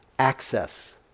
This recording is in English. access